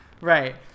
Right